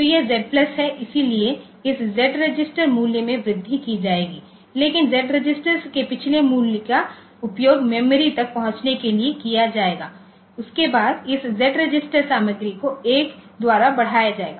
तो यह Z plus Zहै इसलिए इस जेड रजिस्टर मूल्य में वृद्धि की जाएगी लेकिन जेड रजिस्टर के पिछले मूल्य का उपयोग मेमोरी तक पहुंचने के लिए किया जाएगा उसके बाद इस जेड रजिस्टर सामग्री को 1 द्वारा बढ़ाया जाएगा